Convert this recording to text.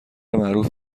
معروف